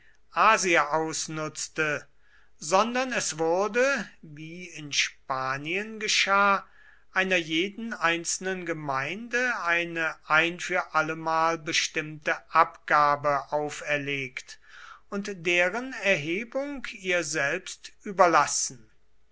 asia ausnutzte sondern es wurde wie in spanien geschah einer jeden einzelnen gemeinde eine ein für allemal bestimmte abgabe auferlegt und deren erhebung ihr selbst überlassen